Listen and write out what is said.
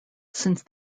since